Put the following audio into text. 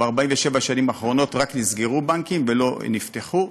ב-47 השנים האחרונות רק נסגרו בנקים ולא נפתחו.